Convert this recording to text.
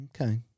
Okay